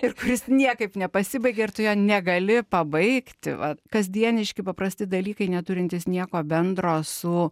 ir kuris niekaip nepasibaigia ir tu jo negali pabaigti va kasdieniški paprasti dalykai neturintys nieko bendro su